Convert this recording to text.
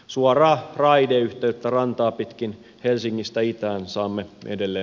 suoraa raideyhteyttä rantaa pitkin helsingistä itään saamme edelle